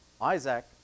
Isaac